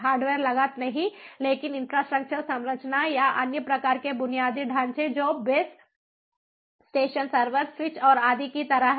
hardware लागत नहीं लेकिन इंफ्रास्ट्रक्चर संरचना या अन्य प्रकार के बुनियादी ढांचे जो बेस स्टेशन सर्वर स्विच और आदि की तरह हैं